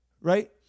right